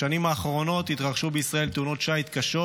בשנים האחרונות התרחשו בישראל תאונות שיט קשות,